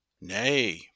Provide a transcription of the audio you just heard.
nay